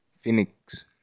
phoenix